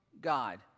God